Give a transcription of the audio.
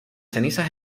cenizas